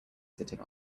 sitting